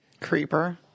Creeper